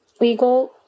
legal